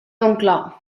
montclar